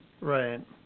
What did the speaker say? Right